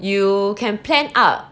you can plan ah